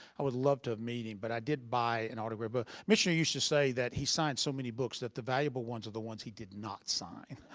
i would love to have meet him, but i did buy an autographed book. michener used to say that he signed so many books that the valuable ones are the ones he did not sign.